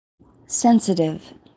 Sensitive